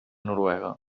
noruega